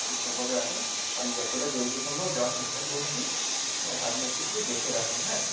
একটু ঠিকঠাকভাবে রাখুন আমি যতটা জলদি সম্ভব যাওয়ার চেষ্টা করছি হ্যাঁ আপনি একটু শুধু দেখে রাখুন হ্যাঁ